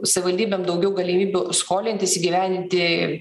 savivaldybėm daugiau galimybių skolintis įgyvendinti